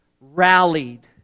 rallied